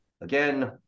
again